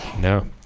No